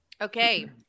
Okay